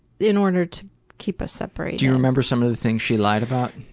in order to keep us separated. do you remember some of the things she lied about?